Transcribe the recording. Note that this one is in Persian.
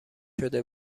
شده